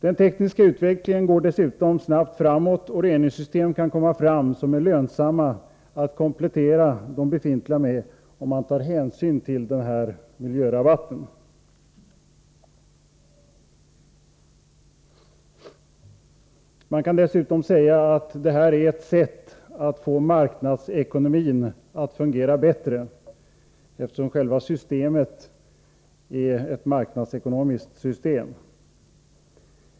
Den tekniska utvecklingen går dessutom snabbt framåt, och reningssystem kan komma fram som är lönsamma att komplettera de befintliga med, om man tar hänsyn till den här miljörabatten. Man kan dessutom säga att detta är ett sätt att få marknadsekonomin att fungera bättre, eftersom själva systemet är ett marknadsekonomiskt system.